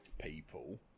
people